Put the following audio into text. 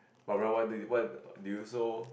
but what why why do you so